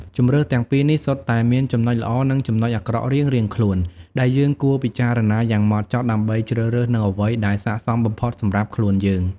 ជម្រើសទាំងពីរនេះសុទ្ធតែមានចំណុចល្អ និងចំណុចអាក្រក់រៀងៗខ្លួន ដែលយើងគួរពិចារណាយ៉ាងហ្មត់ចត់ដើម្បីជ្រើសរើសនូវអ្វីដែលស័ក្តិសមបំផុតសម្រាប់ខ្លួនយើង។